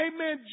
Amen